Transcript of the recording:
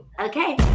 Okay